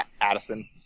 Addison